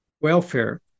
welfare